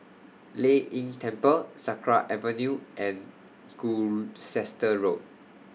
Lei Yin Temple Sakra Avenue and Gloucester Road